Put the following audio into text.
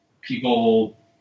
people